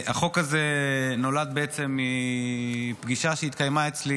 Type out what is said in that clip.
החוק הזה נולד בעצם מפגישה שהתקיימה אצלי